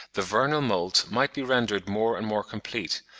the vernal moult might be rendered more and more complete,